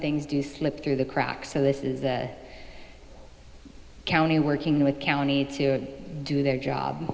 things do slip through the cracks so this is the county working with county to do their job